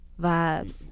vibes